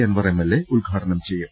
Anwar M L A ഉദ്ഘാടനം ചെയ്യും